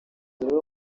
rero